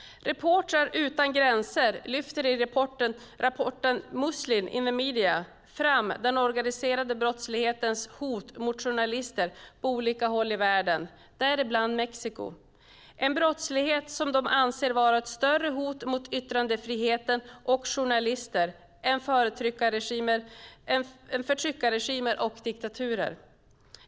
Reportrar utan gränser lyfter i rapporten Muscling in on the Media fram den organiserade brottslighetens hot mot journalister på olika håll i världen, däribland Mexico, en brottslighet som de anser vara ett större hot mot yttrandefriheten och journalister än förtryckarregimer och diktaturer.